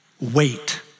wait